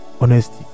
honesty